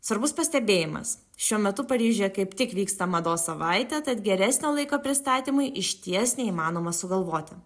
svarbus pastebėjimas šiuo metu paryžiuje kaip tik vyksta mados savaitė tad geresnio laiko pristatymui išties neįmanoma sugalvoti